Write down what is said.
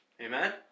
Amen